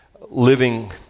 living